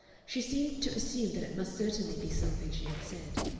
she seemed to assume that it must certainly be something she had said.